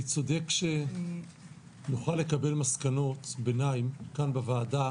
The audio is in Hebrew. אני צודק שנוכל לקבל מסקנות ביניים כאן בוועדה